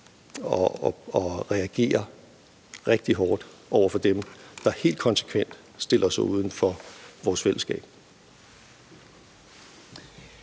og reagerer rigtig hårdt over for dem, der helt konsekvent stiller sig uden for vores fællesskab.